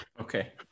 okay